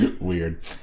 Weird